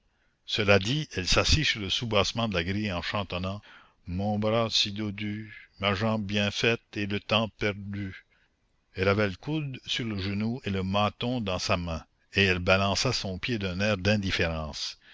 cela dit elle s'assit sur le soubassement de la grille en chantonnant mon bras si dodu ma jambe bien faite et le temps perdu elle avait le coude sur le genou et le menton dans sa main et elle balançait son pied d'un air d'indifférence